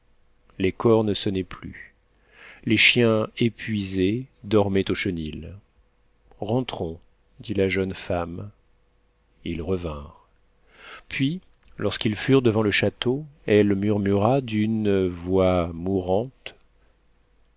les cors ne sonnaient plus les chiens épuisés dormaient au chenil rentrons dit la jeune femme ils revinrent puis lorsqu'ils furent devant le château elle murmura d'une voix mourante